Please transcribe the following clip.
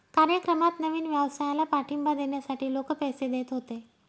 कार्यक्रमात नवीन व्यवसायाला पाठिंबा देण्यासाठी लोक पैसे देत होते